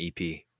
ep